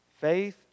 Faith